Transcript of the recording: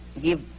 give